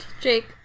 Jake